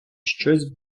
щось